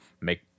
make